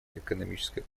экономическое